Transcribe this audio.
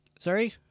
Sorry